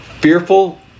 fearful